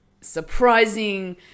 surprising